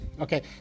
okay